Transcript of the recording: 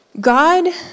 God